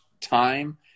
time